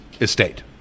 estate